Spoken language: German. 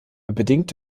bedingt